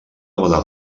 bona